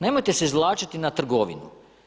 Nemojte se izvlačiti na trgovinu.